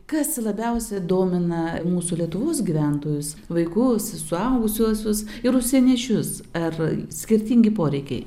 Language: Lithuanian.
kas labiausiai domina mūsų lietuvos gyventojus vaikus suaugusiuosius ir užsieniečius ar skirtingi poreikiai